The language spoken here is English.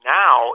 now